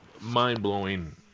mind-blowing